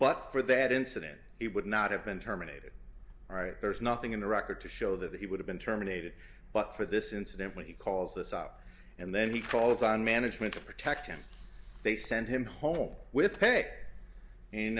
but for that incident he would not have been terminated all right there's nothing in the record to show that he would have been terminated but for this incident when he calls us up and then he calls on management to protect him they send him home with pay and